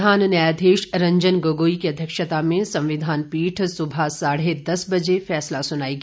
प्रधान न्यायाधीश रंजन गोगोई की अध्यक्षता में संविधान पीठ सुबह साढ़े दस बजे फैसला सुनाएगी